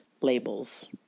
labels